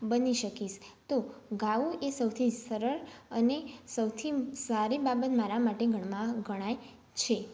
બની શકીશ તો ગાવું એ સૌથી સરળ અને સૌથી મ સારી બાબત મારી માટે ગણવા ગણાય છે